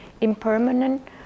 impermanent